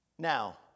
Now